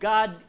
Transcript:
God